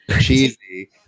cheesy